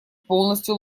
полностью